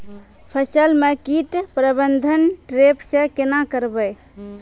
फसल म कीट प्रबंधन ट्रेप से केना करबै?